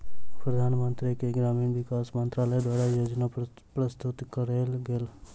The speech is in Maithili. प्रधानमंत्री के ग्रामीण विकास मंत्रालय द्वारा योजना प्रस्तुत कएल गेल